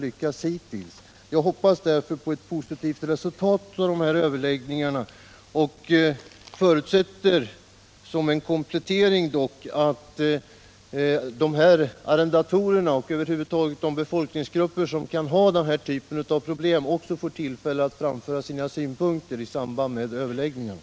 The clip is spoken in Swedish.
Jag Torsdagen den hoppas därför på ett positivt resultat av överläggningarna och förutsätter 10 november 1977 att arrendatorerna och andra befolkningsgrupper som kan ha denna typ av problem får möjlighet att framföra sina synpunkter i samband med Om rätten till